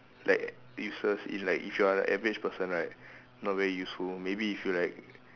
like useless in like if you are a average person right not very useful maybe if you like